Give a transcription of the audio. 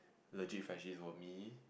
legit friendship for me